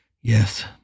Yes